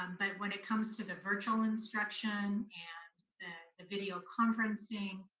um but when it comes to the virtual instruction, and the videoconferencing,